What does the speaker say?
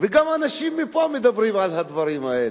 וגם האנשים פה מדברים על הדברים האלה.